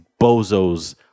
bozos